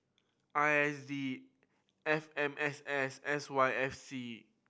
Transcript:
I S D F M S S S Y F C